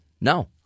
No